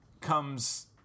comes